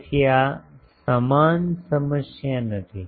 તેથી આ સમાન સમસ્યા નથી